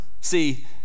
see